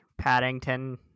paddington